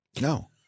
No